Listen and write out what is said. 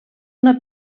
una